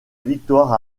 victoire